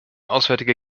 auswärtige